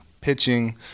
pitching